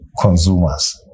consumers